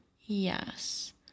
Yes